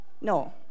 no